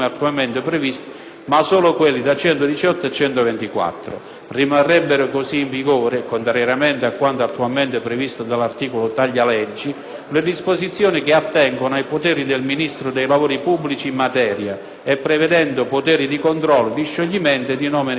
ma solo quelli da 118 a 124. Rimarrebbero così in vigore, contrariamente a quanto attualmente previsto dall'articolo «taglia-leggi», le disposizioni che attengono ai poteri del Ministro dei lavori pubblici in materia e prevedono poteri di controllo, di scioglimento e di nomina commissariale.